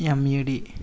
med